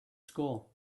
school